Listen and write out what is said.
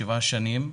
שבע שנים.